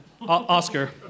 Oscar